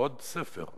עוד ספר.